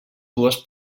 dues